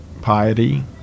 piety